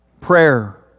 Prayer